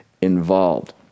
involved